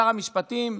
שר המשפטים,